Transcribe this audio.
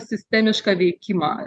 sistemišką veikimą